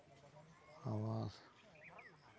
ᱟᱵᱟᱨ